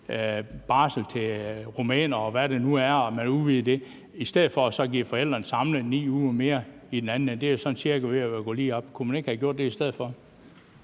barsel til rumænere, og hvem det nu er, og så i stedet have givet forældrene samlede 9 uger mere i den anden ende? Det ville sådan cirka gå lige op. Kunne man ikke have gjort det i stedet for?